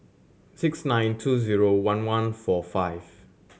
six nine two zero one one four five